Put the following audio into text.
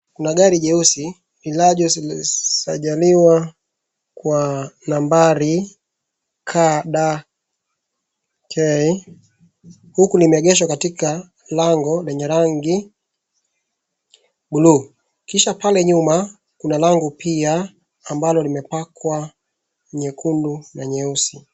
Kuna gari jeusi limesajiliwa kwa nambari KDK huku limeegeshwa katika lango lenye rangi bluu. Kisha pale nyuma kuna lango pia ambalo limepakwa nyekundu na nyeusi.